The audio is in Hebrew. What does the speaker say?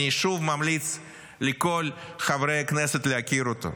שוב ממליץ לכל חברי הכנסת להכיר אותו.